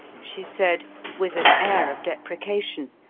she said with an air of deprecation,